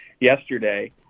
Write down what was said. yesterday